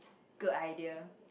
good idea